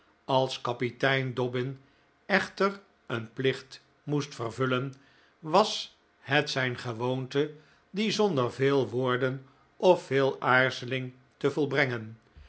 als kapitein dobbin echter een plicht moest vervullen was het zijn gewoonte dien zonder veel woorden of veel aarzeling te volbrengen